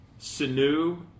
Senu